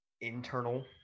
internal